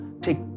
take